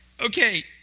Okay